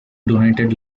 donated